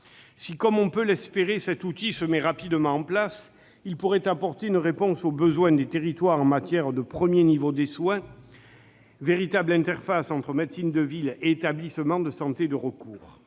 Si, comme on peut l'espérer, cet outil est rapidement mis en place, il pourrait apporter une réponse aux besoins des territoires en matière de premier niveau de soins, véritable interface entre médecine de ville et établissements de santé de recours.